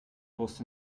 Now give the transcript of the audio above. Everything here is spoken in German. brust